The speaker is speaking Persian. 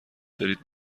دارید